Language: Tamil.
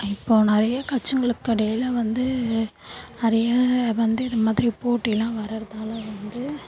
இப்போது நிறைய கட்சிங்களுக்கு இடையில வந்து நிறையா வந்து இதுமாதிரி போட்டியெல்லாம் வர்றருதால் வந்து